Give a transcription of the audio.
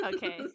Okay